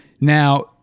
now